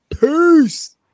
Peace